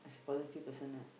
positive person lah